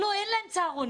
לא, אין להם צהרונים.